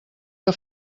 que